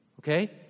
Okay